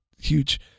huge